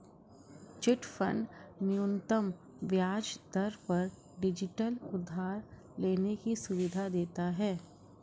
chit fund न्यूनतम ब्याज दर पर डिजिटल उधार लेने की सुविधा देता है